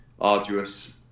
arduous